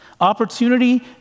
Opportunity